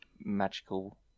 magical